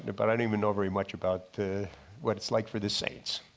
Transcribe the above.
but i don't even know very much about what it's like for the saints.